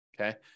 okay